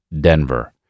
Denver